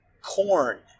corn